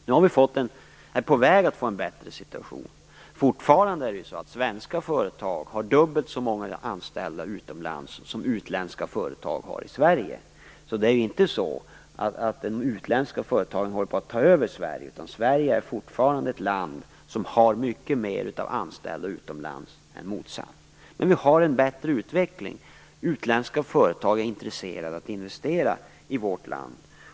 Nu är vi på väg att få en bättre situation. Fortfarande har svenska företag dubbelt så många anställda utomlands som utländska företag har i Sverige. Det är inte så att de utländska företagen håller på att ta över Sverige, utan Sverige är fortfarande ett land som har mycket fler anställda utomlands än utländska företag har i Sverige. Men vi har en bättre utveckling. Utländska företag är intresserade av att investera i vårt land.